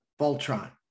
Voltron